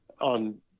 on